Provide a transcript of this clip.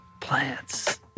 plants